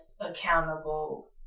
accountable